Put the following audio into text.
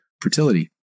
fertility